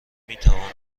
میتوانم